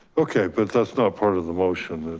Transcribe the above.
okay, but that's not part of the motion.